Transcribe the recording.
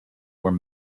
were